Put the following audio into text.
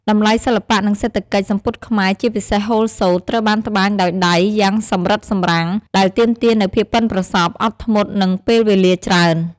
តម្លៃសិល្បៈ និងសេដ្ឋកិច្ច សំពត់ខ្មែរ ជាពិសេសហូលសូត្រ ត្រូវបានត្បាញដោយដៃយ៉ាងសម្រិតសម្រាំង ដែលទាមទារនូវភាពប៉ិនប្រសប់ អត់ធ្មត់ និងពេលវេលាច្រើន។